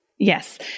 Yes